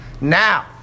Now